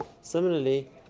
Similarly